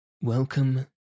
Welcome